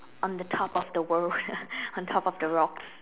on the top of the world on top of the rocks